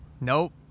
nope